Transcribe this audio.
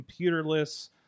computerless